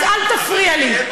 אז אל תפריע לי.